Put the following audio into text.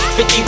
50